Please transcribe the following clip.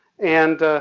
and,